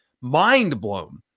mind-blown